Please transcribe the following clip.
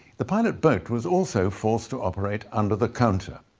the pilot boat was also forced to operate under the counter.